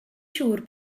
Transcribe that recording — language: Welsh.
siŵr